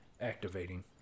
activating